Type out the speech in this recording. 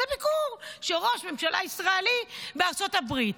זה ביקור של ראש ממשלה ישראלי בארצות הברית.